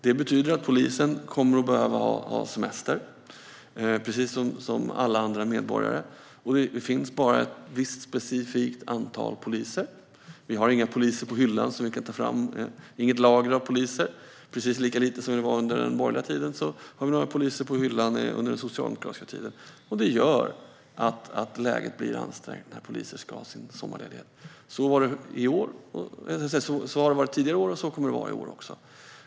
Det betyder att poliserna kommer att behöva ha semester, precis som alla andra medborgare. Det finns bara ett visst specifikt antal poliser. Vi har inga poliser på hyllan som vi kan ta fram. Precis lika lite som under den borgerliga tiden har vi något lager av poliser att ta av nu under den socialdemokratiska tiden. Det gör att läget blir ansträngt när poliser ska ha sin sommarledighet. Så har det varit tidigare år, och så kommer det att vara i år också.